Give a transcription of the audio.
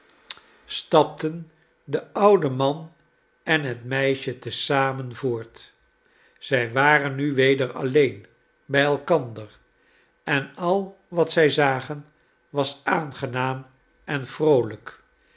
stapten de oude man en het meisje te zamen voort zij waren nu weder alleen bij elkander en al wat zij zagen was aangenaam en vroolijk